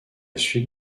suite